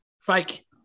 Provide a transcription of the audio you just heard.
Fake